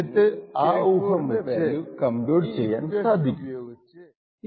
എന്നിട്ട് ആ ഊഹം വച്ച് ഈ ഇക്വേഷൻ ഉപയോഗിച്ച് അവനു K4 ൻറെ വാല്യൂ കമ്പ്യൂട്ട് ചെയ്യാൻ സാധിക്കും